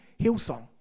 Hillsong